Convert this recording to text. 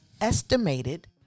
estimated